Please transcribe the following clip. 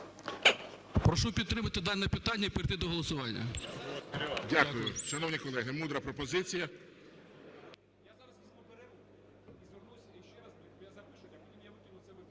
Прошу підтримати дане питання і перейти до голосування. ГОЛОВУЮЧИЙ. Дякую. Шановні колеги, мудра пропозиція.